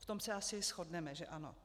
V tom se asi shodneme, že ano?